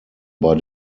bei